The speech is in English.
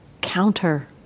counter